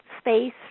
space